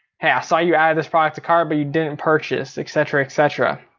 hey i saw you added this product to cart, but you didn't purchase, et cetera, et cetera,